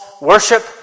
worship